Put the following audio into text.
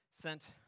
sent